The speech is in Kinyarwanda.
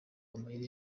amayeri